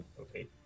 Okay